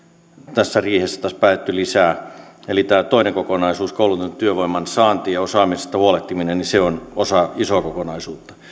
tässä riihessä taas päätetty lisää eli tämä toinen kokonaisuus koulutetun työvoiman saanti ja osaamisesta huolehtiminen on osa isoa kokonaisuutta